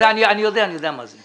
אני יודע מה זה.